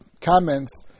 comments